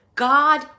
God